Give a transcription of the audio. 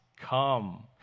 come